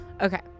Okay